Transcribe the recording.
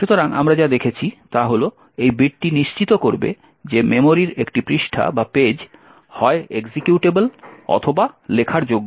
সুতরাং আমরা যা দেখেছি তা হল এই বিটটি নিশ্চিত করবে যে মেমোরির একটি পৃষ্ঠা হয় এক্সিকিউটেবল অথবা লেখার যোগ্য